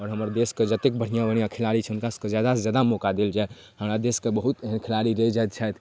आओर हमर देशके जतेक बढ़िआँ बढ़िआँ खेलाड़ी छथि हुनका जादासँ ज्यादा मौका देल जाए हमरा देशके बहुत एहन खेलाड़ी रहि जाइ छथि